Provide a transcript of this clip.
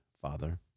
father